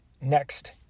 Next